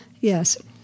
Yes